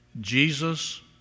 Jesus